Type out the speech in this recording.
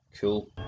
Cool